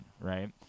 right